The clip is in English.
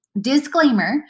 Disclaimer